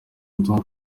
ubutumwa